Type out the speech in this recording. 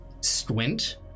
squint